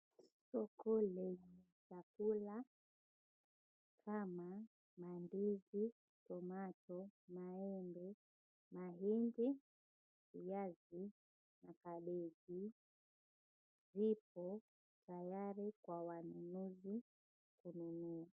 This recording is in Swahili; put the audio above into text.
Soko lenye chakula kama mandizi, tomato , maembe , mahindi, viazi na kabeji vipo tayari kwa wananunuzi kununua.